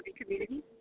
community